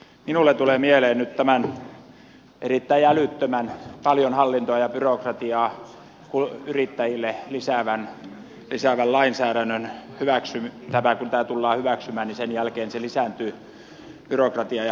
minulle tulee mieleen että nyt tämän erittäin älyttömän paljon hallintoa ja byrokratiaa yrittäjille lisäävän lainsäädännön jälkeen kun tämä tullaan hyväksymään lisääntyy byrokratia ja hallinto siellä yrityksissä